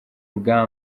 bwa